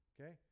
okay